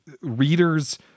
readers